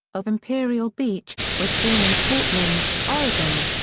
of imperial beach, was born in portland, oregon.